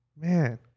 man